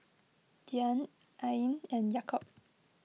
Dian Ain and Yaakob